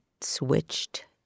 switched